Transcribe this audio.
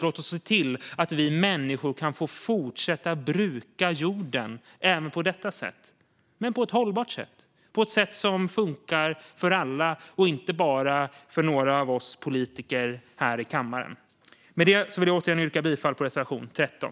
Låt oss se till att vi människor kan få fortsätta att bruka jorden, även på detta sätt, men på ett hållbart sätt, på ett sätt som funkar för alla, inte bara för några av oss politiker här i kammaren. Med detta yrkar jag återigen bifall till reservation 13.